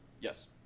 Yes